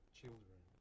children